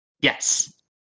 Yes